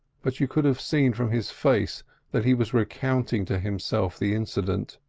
but you could have seen from his face that he was recounting to himself the incident.